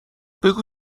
بگو